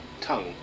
tongue